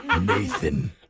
Nathan